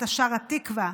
אתה שר "התקווה".